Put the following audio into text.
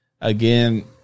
Again